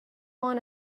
want